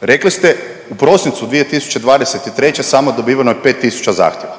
Rekli ste u prosincu 2023. samo dobiveno je 5 tisuća zahtjeva.